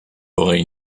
aurait